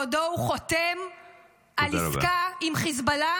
בעודו הוא חותם על עסקה עם חיזבאללה?